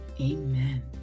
Amen